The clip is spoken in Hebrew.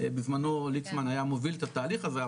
בזמנו ליצמן היה מוביל את התהליך הזה,